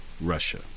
Russia